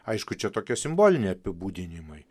aišku čia tokie simboliniai apibūdinimai